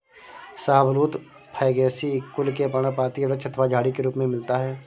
शाहबलूत फैगेसी कुल के पर्णपाती वृक्ष अथवा झाड़ी के रूप में मिलता है